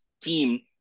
team